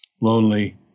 lonely